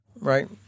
right